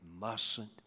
mustn't